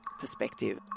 perspective